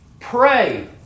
Pray